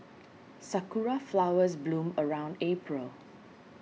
sakura flowers bloom around April